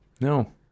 No